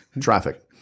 traffic